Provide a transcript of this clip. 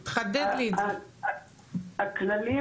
הכללים